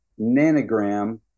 nanogram